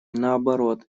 наоборот